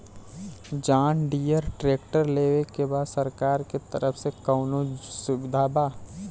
John Deere tractor लेवे के बा सरकार के तरफ से कौनो सुविधा बा?